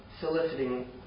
soliciting